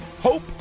Hope